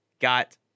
got